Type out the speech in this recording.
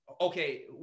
Okay